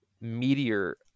Meteor